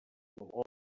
will